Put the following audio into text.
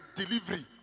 delivery